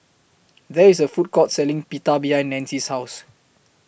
There IS A Food Court Selling Pita behind Nanci's House